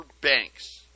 banks